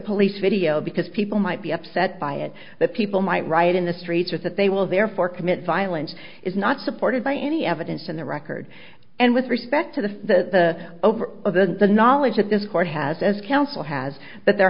police video because people might be upset by it that people might write in the streets is that they will therefore commit violence is not supported by any evidence in the record and with respect to the over the knowledge that this court has as counsel has but there